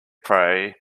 pray